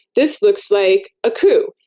this looks like a coup.